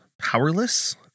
powerless